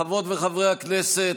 חברות וחברי הכנסת,